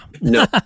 No